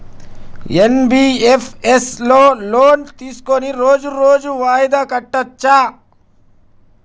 NBFS లో loan తీస్కొని రోజు రోజు వాయిదా కట్టచ్ఛా?